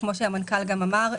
כפי שהמנכ"ל אמר,